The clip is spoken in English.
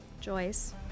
Joyce